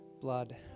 blood